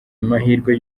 amahirwe